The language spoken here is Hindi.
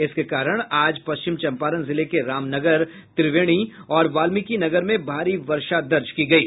इसके कारण आज पश्चिम चंपारण जिले के रामनगर त्रिवेणी और बाल्मिकीनगर में भारी वर्षा दर्ज की गयी